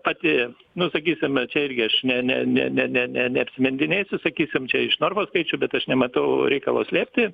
pati nusakytame čia irgi aš ne ne ne ne ne ne neapsimetinėsiu sakysime čia iš narvo kviečiu bet aš nematau reikalo slėpti